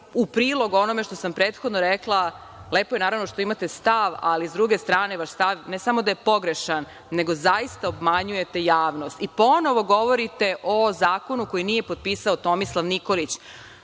u prilog onome što sam prethodno rekla. Lepo je, naravno, što imate stav, ali, s druge strane, vaš stav ne samo da je pogrešan, nego zaista obmanjujete javnost i ponovo govorite o zakonu koji nije potpisao Tomislav Nikolić. Da